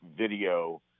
video